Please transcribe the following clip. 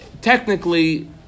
technically